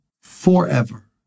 forever